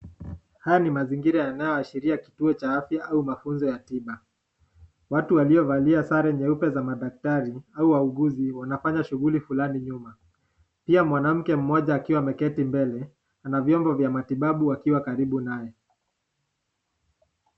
Haya ni mazingira yanayoashiria kituo cha afya au mafunzo ya katiba. Watu waliovalia sare nyeupe za madaktari au wauguzi wanafanya shughuli fulani nyuma. Pia mwanamke mmoja akiwa ameketi mbele ana vyombo vya matibabu akiwa karibu naye.